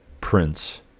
prince